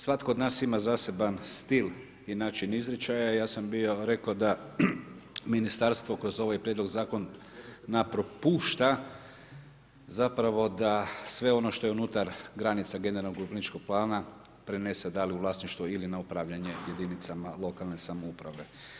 Svatko od nas ima zaseban stil i način izričaja i ja sam bio rekao da ministarstvo kroz ovaj prijedlog zakona propušta zapravo da sve ono što je unutar granica generalnog urbanističkog plana prenese da li u vlasništvo ili na upravljanje jedinicama lokalne samouprave.